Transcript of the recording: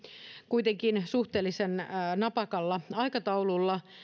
kuitenkin suhteellisen napakalla aikataululla